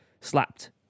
slapped